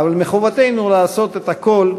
אבל מחובתנו לעשות את הכול,